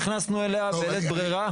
היא אפילו לא נקברה,